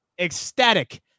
ecstatic